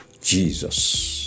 Jesus